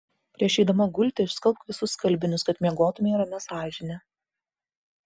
prieš eidama gulti išskalbk visus skalbinius kad miegotumei ramia sąžine